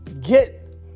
get